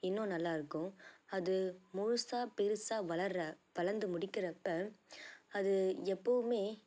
இன்னும் நல்லா இருக்கும் அது முழுசாக பெருசாக வளருற வளர்ந்து முடிக்கிறப்போ அது எப்போவுமே